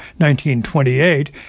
1928